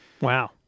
Wow